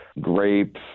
grapes